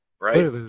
right